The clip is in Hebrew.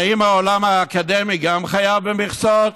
האם העולם האקדמי גם חייב במכסות?